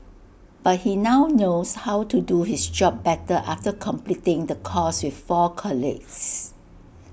but he now knows how to do his job better after completing the course with four colleagues